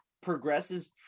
progresses